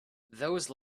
those